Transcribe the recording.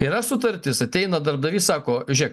yra sutartis ateina darbdavys sako žiūrėk